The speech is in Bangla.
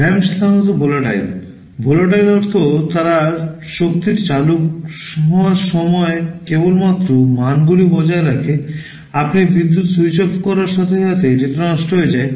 RAM সাধারণত volatile volatile অর্থ তারা শক্তিটি চালু হওয়ার সময় কেবলমাত্র মানগুলি বজায় রাখে আপনি বিদ্যুৎ স্যুইচ অফ করার সাথে সাথে ডেটা নষ্ট হয়ে যায়